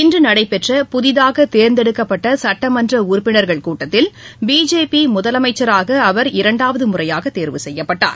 இன்று நடைபெற்ற புதிதாக தேர்ந்தெடுக்கப்பட்ட சுட்டமன்ற உறுப்பினர்களின் கூட்டத்தில் பிஜேபி முதலமைச்சராக அவர் இரண்டாவது முறையாக தேர்வு செய்யப்பட்டார்